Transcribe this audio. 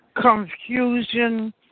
confusion